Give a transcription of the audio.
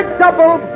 double